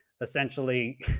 essentially